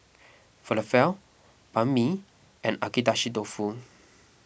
Falafel Banh Mi and Agedashi Dofu